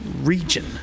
region